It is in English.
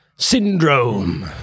syndrome